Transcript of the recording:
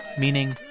meaning,